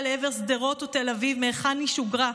לעבר שדרות או תל אביב מהיכן היא שוגרה,